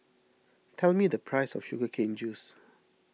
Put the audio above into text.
tell me the price of Sugar Cane Juice